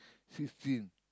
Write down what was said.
fifteen